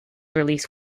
release